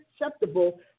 acceptable